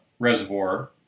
Reservoir